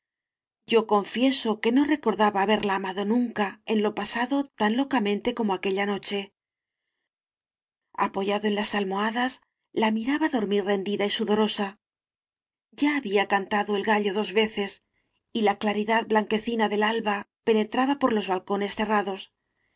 yo confieso que no recordaba haberla amado nunca en lo pasado tan locamente como aquella noche apoyado en las almohadas la miraba dor mir rendida y sudorosa ya había cantado el gallo dos veces y la claridad blanquecina biblioteca nacional de españa i del alba penetraba por los balcones cerrados